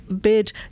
bid